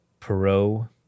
perot